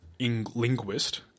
linguist